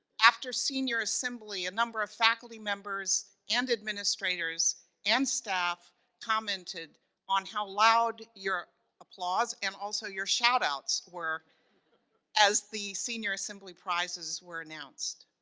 after senior assembly a number of faculty members, and administrators and staff commented on how loud your applause and also your shoutouts were as the senior assembly prizes were announced.